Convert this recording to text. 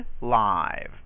live